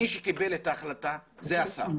מי שקיבל את ההחלטה זה השר,